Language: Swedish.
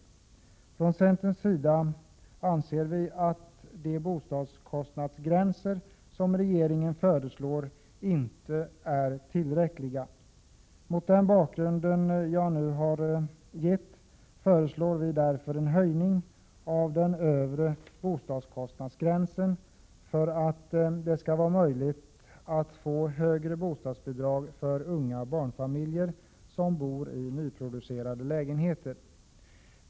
Vi anser från centerns sida att de bostadskostnadsgränser som regeringen föreslår inte är tillräckliga. Mot bakgrund av vad jag här har anfört föreslår vi en höjning av den övre bostadskostnadsgränsen för att göra det möjligt för unga barnfamiljer som bor i nyproducerade lägenheter att få högre bostadsbidrag.